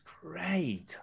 great